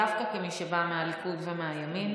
דווקא כמי שבאה מהליכוד ומהימין,